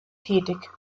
tätig